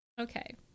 Okay